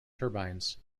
turbines